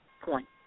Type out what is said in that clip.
point